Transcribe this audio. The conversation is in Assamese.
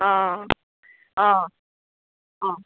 অঁ অঁ অঁ